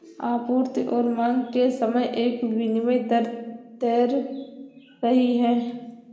आपूर्ति और मांग के समय एक विनिमय दर तैर रही है